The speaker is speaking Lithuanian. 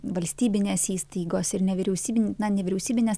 valstybinės įstaigos ir nevyriausybin nevyriausybinės